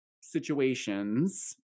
situations